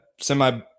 semi